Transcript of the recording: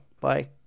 Bye